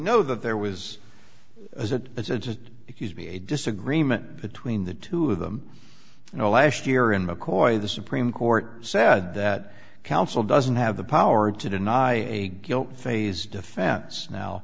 know that there was as a bit sensitive because be a disagreement between the two of them you know last year in mccoy the supreme court said that counsel doesn't have the power to deny a guilt phase defense now